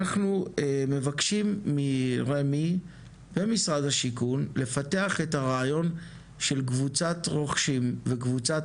אנחנו מבקשים מרמ"י ומשרד השיכון לפתח את הרעיון של קבוצת רוכשים וקבוצת